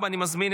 אני קובע